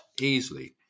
easily